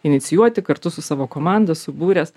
inicijuoti kartu su savo komanda subūręs